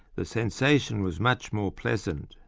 the sensation was much more pleasant.